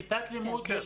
יש לנו כיתת לימוד,